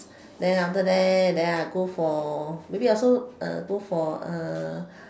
then after that then I go for maybe I also err go for uh